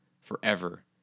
forever